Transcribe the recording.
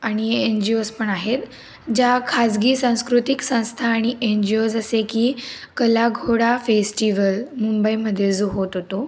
आणि N G Os पण आहेत ज्या खाजगी सांस्कृतिक संस्था आणि एन जी ओज असे की काळा घोडा फेस्टिवल मुंबईमध्ये जो होत होतो